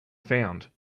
found